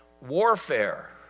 warfare